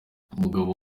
umugabo